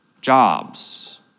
jobs